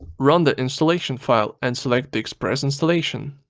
run the installation file and select the express installation.